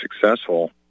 successful